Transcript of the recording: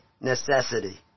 necessity